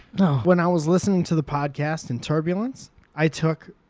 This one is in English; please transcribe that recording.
yeah when i was listening to the podcast in turbulance i took.